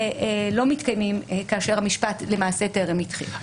לא מתקיימים כאשר המשפט למעשה טרם התחיל.